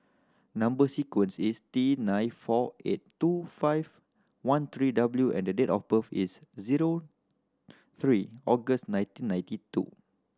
number sequence is T nine four eight two five one three W and the date of birth is zero three August nineteen ninety two